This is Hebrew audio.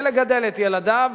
ולגדל את ילדיו,